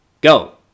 Go